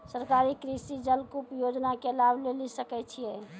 सरकारी कृषि जलकूप योजना के लाभ लेली सकै छिए?